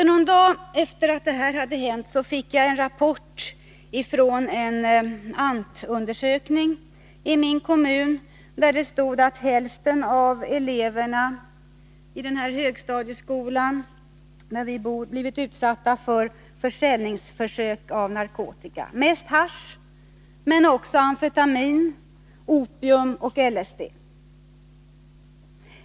Någon dag efter denna händelse fick jag en rapport från en ANT undersökning i min kommun, där det stod att hälften av eleverna i högstadieskolan där vi bor hade blivit utsatta för försök att sälja narkotika — mest hasch men också amfetamin, opium och LSD.